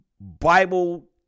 Bible